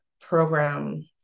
program